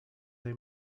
they